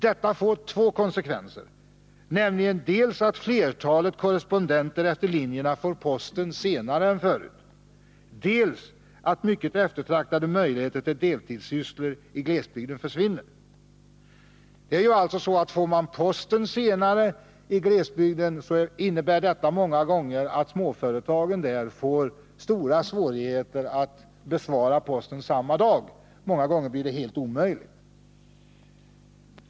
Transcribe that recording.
Detta får två konsekvenser, nämligen dels att flertalet korrespondenter efter linjerna får posten senare än förut, dels att mycket eftertraktade möjligheter till deltidssysslor i glesbygden försvinner.” Om posten kommer senare i glesbygden innebär det många gånger att småföretagen där får stora svårigheter att besvara posten samma dag — ofta blir det helt omöjligt.